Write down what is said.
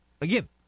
again